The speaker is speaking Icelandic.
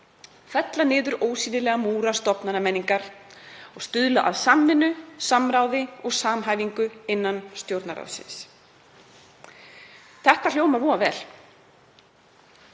fella niður ósýnilega múra stofnanamenningar og stuðla að samvinnu, samráði og samhæfingu innan Stjórnarráðsins. Fyrir það